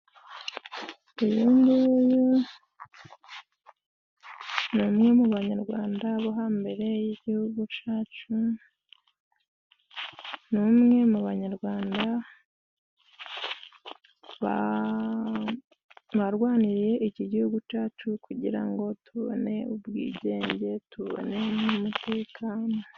Uyunguyu ni umwe mu banyarwanda bo hambere y'igihugu cacu, ni umwe mu banyarwanda barwaniriye iki gihugu cacu kugira ngo tubone ubwigenge, tubone n' mutekano.